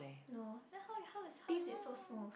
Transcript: no then how you how you how you stay so smooth